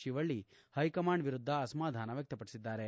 Shivalli high command ವಿರುದ್ದ ಅಸಮಾಧಾನ ವ್ಯಕ್ತಪಡಿಸಿದ್ದಾರೆ